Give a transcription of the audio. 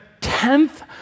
tenth